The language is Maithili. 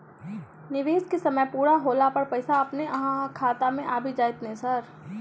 निवेश केँ समय पूरा होला पर पैसा अपने अहाँ खाता मे आबि जाइत नै सर?